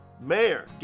Mayor